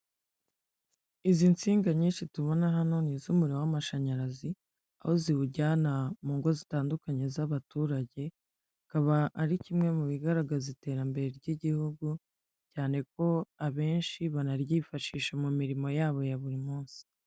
Izi nsinga nyinshi tubona hano, ni iz'umuriro w'amashanyarazi aho ziwujyana mu ngo zitandukanye z'abaturage, akaba ari kimwe mu bigaragaza iterambere ry'igihugu. Cyane ko abenshi banaryifashisha mu mirimo yabo ya buri munsi.